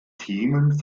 themen